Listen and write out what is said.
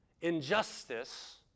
injustice